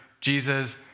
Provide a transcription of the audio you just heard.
Jesus